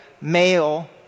male